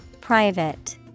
Private